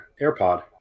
AirPod